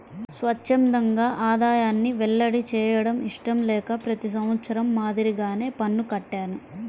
స్వఛ్చందంగా ఆదాయాన్ని వెల్లడి చేయడం ఇష్టం లేక ప్రతి సంవత్సరం మాదిరిగానే పన్ను కట్టాను